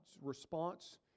response